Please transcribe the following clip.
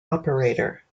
operator